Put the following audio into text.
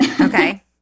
Okay